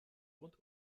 rund